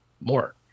more